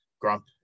Grump